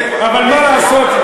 אבל מה לעשות,